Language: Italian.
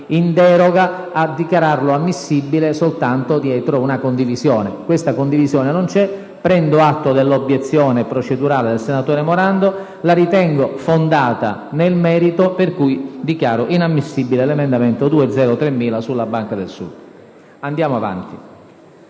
in deroga, ammissibile, ma soltanto dietro una condivisione. Questa condivisione non c'è. Prendo, quindi, atto dell'obiezione procedurale del senatore Morando, la ritengo fondata nel merito, per cui dichiaro inammissibile l'emendamento 2.0.3000 sulla Banca del Sud. Di